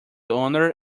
owner